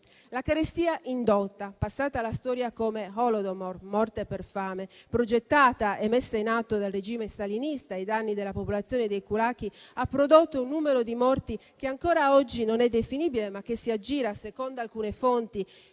La carestia indotta, passata alla storia come Holodomor, morte per fame, progettata e messa in atto dal regime stalinista ai danni della popolazione dei *kulaki*, ha prodotto un numero di morti che ancora oggi non è definibile, ma che, secondo alcune fonti,